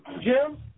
Jim